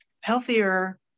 healthier